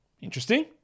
Interesting